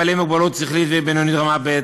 בעלי מוגבלות שכלית ובינונית רמה ב',